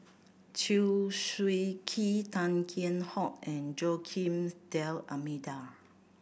Chew Swee Kee Tan Kheam Hock and Joaquim D'Almeida